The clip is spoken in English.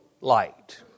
light